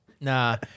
Nah